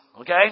okay